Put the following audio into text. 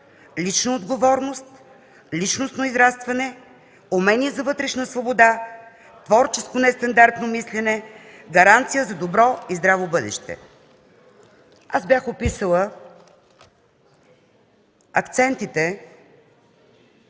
лична отговорност, личностно израстване, умение за вътрешна свобода, творческо нестандартно мислене, гаранция за добро и здраво бъдеще. Аз бях описала акцентите,